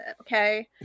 Okay